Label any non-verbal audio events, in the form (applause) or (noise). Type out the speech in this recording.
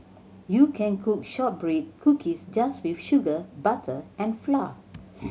you can cook shortbread cookies just with sugar butter and flour (noise)